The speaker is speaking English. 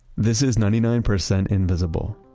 this is ninety nine percent invisible.